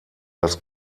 das